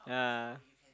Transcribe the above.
yeah